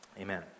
amen